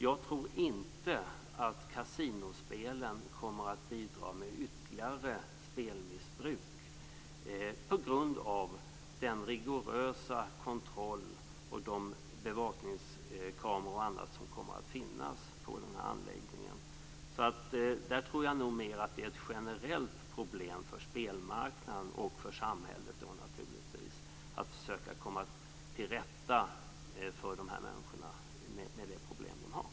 Jag tror inte att kasinospelen kommer att bidra med ytterligare spelmissbruk på grund av den rigorösa kontroll och de bevakningskameror och annat som kommer att finnas på anläggningen. Där tror jag nog mer att det är ett generellt problem för spelmarknaden och naturligtvis för samhället att försöka hjälpa dessa människor att komma till rätta med de problem de har.